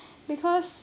because